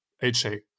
HA